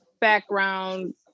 background